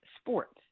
sports